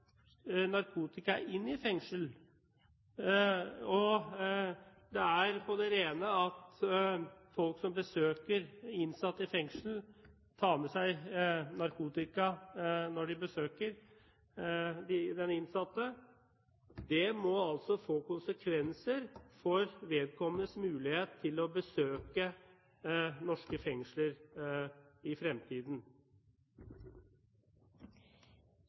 narkotika inn i fengsler? Det er på det rene at folk som besøker innsatte i fengsel, tar med seg narkotika. Det må få konsekvenser for vedkommendes mulighet til å besøke norske fengsler i fremtiden.